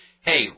hey